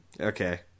Okay